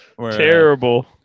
Terrible